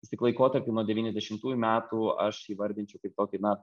vis tik laikotarpį nuo devyniasdešimtųjų metų aš įvardinčiau kaip kokį na